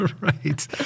Right